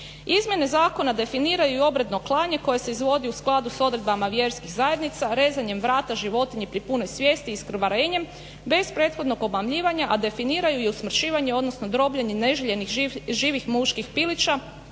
Izmjene zakona definiraju i obredno klanje koje se izvodi u skladu s odredbama vjerskih zajednica rezanjem vrata životinji pri punoj svijesti iskrvavljenjem bez prethodnog obmanjivanja a definiraju i smršivanje odnosno drobljenje neželjenih živih muških pilića